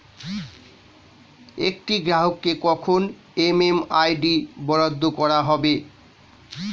একটি গ্রাহককে কখন এম.এম.আই.ডি বরাদ্দ করা হবে?